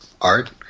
art